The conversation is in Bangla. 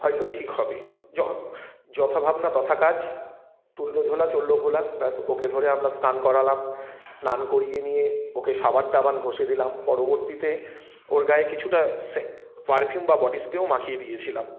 হয়তো ঠিক হবে য যথা ভাবনা তথা কাজ তুললো ঝোলা চললো ভোলা ব্যস ওকে ধরে আমরা স্নান করালাম স্নান করিয়ে নিয়ে ওকে সাবান টাবান ঘষে দিলাম পরবর্তীতে ওর গায়ে কিছুটা সে পারফিউম বা বডি স্প্রেও মাখিয়ে দিয়েছিলাম